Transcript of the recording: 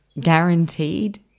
guaranteed